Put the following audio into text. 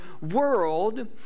world